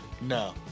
No